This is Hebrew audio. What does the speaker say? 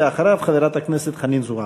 אחריו, חברת הכנסת חנין זועבי.